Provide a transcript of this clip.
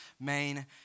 main